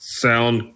sound